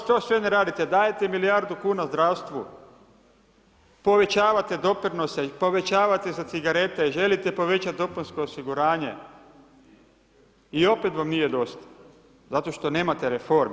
Što sve ne radite, dajete milijardu kuna zdravstvu, povećavate doprinose, povećavate za cigarete, želite povećati dopunsko osiguranje i opet vam nije dosta zato što nemate reforme.